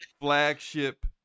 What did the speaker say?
flagship